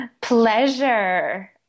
pleasure